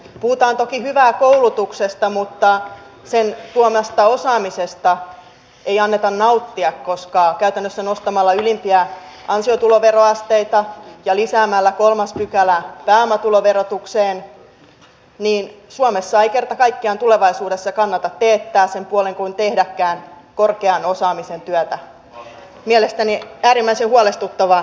puhutaan toki hyvää koulutuksesta mutta sen tuomasta osaamisesta ei anneta nauttia koska käytännössä nostamalla ylimpiä ansiotuloveroasteita ja lisäämällä kolmas pykälä pääomatuloverotukseen suomessa ei kerta kaikkiaan tulevaisuudessa kannata sen puoleen teettää kuin tehdäkään korkean osaamisen työtä mielestäni äärimmäisen huolestuttavaa